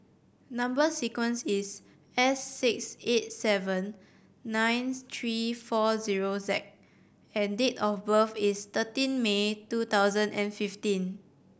number sequence is S six eight seven nine three four zero Z and date of birth is thirteen May two thousand and fifteen